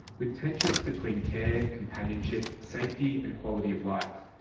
with tensions between care, companionship, safety and quality of life.